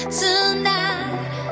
tonight